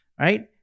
right